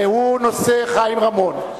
והיא נושא חיים רמון.